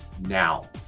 now